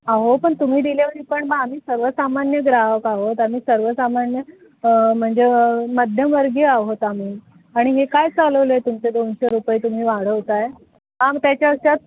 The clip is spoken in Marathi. अहो पण तुम्ही डिलेव्हरीपण बा आम्ही सर्वसामान्य ग्राहक आहोत आम्ही सर्वसामान्य म्हणजे मध्यमवर्गीय आहोत आम्ही आणि हे काय चालवलं आहे तुमचे दोनशे रुपये तुम्ही वाढवता आहे आणि त्याच्या अशात